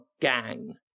gang